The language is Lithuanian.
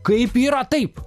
kaip yra taip